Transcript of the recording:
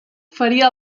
faria